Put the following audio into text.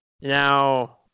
Now